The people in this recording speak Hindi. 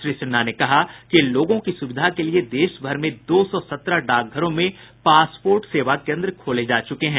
श्री सिन्हा ने कहा कि लोगों की सुविधा के लिए देश भर में दो सौ सत्रह डाकघरों में पासपोर्ट सेवा केन्द्र खोले जा चुके हैं